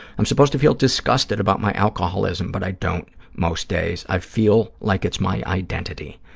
i'm supposed to feel disgusted about my alcoholism, but i don't most days. i feel like it's my identity.